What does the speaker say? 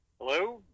Hello